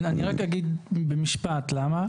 אני רק אגיד במשפט למה.